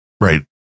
right